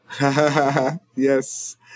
Yes